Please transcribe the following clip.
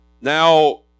Now